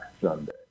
Sunday